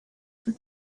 for